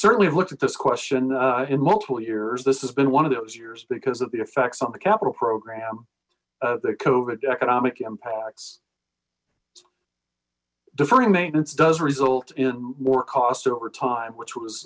certainly have looked at this question in multiple years this has been one of those years because of the effects on the capital program the covert economic impacts deferring maintenance does result in more cost over time which was